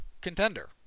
contender